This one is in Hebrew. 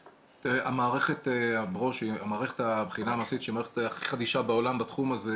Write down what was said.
המערכת שהיא המערכת הכי חדישה בעולם בתחום הזה,